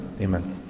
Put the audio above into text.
Amen